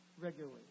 regularly